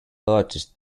largest